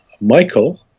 Michael